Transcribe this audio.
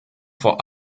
vor